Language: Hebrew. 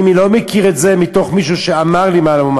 אני לא מכיר את זה ממישהו שאמר לי מה לומר.